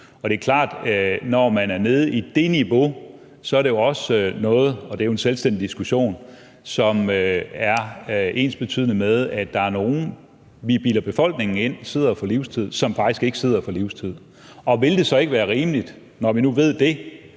Det er klart, at når man er nede på det niveau, er det jo også noget – det er jo en selvstændig diskussion – som er ensbetydende med, at der er nogle, som vi bilder befolkningen ind sidder på livstid, men som faktisk ikke sidder på livstid. Vil det så ikke være rimeligt, når vi nu ved det,